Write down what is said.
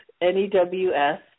N-E-W-S